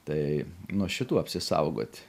tai nuo šitų apsisaugot